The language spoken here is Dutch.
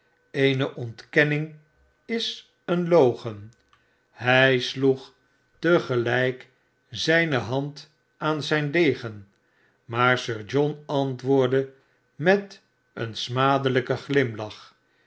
eene ontkenning is eene logen hij sloeg te gelijk zijne hand aan zijn degen maar sir john antwoordde met een smadelijken glimlach